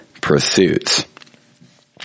pursuits